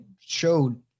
showed